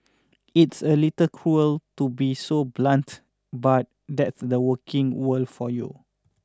it's a little cruel to be so blunt but that's the working world for you